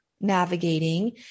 navigating